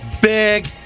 Big